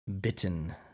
Bitten